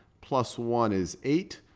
plus one is eight,